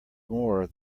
more